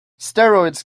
steroids